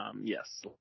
yes